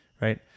right